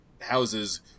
houses